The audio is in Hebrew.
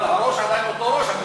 אבל הראש עדיין אותו ראש,